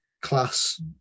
class